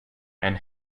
and